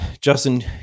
Justin